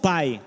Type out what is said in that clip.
Pai